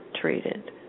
treated